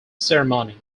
ceremony